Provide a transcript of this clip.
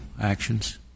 actions